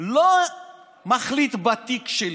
לא מחליט בתיק שלי.